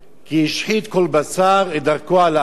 כי השחית כל בשר את דרכו על הארץ".